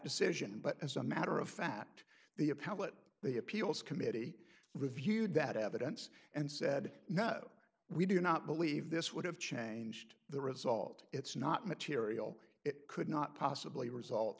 decision but as a matter of fact the appellate the appeals committee reviewed that evidence and said no we do not believe this would have changed the result it's not material it could not possibly result